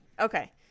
Okay